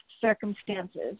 circumstances